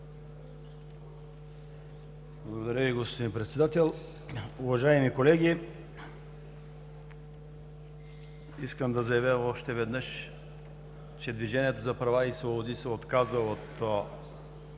Благодаря Ви, господин Председател. Уважаеми колеги, искам да заявя още веднъж, че „Движението за права и свободи“ се отказа от